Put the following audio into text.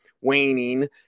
waning